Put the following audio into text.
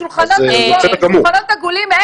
שולחנות עגולים,